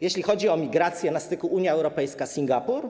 jeśli chodzi o migrację na styku Unia Europejska - Singapur?